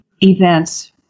events